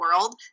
world